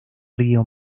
río